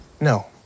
No